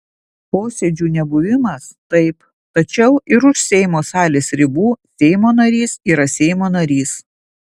posėdžių nebuvimas taip tačiau ir už seimo salės ribų seimo narys yra seimo narys